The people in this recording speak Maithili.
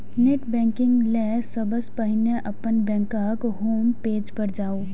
नेट बैंकिंग लेल सबसं पहिने अपन बैंकक होम पेज पर जाउ